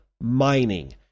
mining